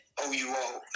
O-U-O